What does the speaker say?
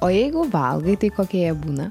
o jeigu valgai tai kokie jie būna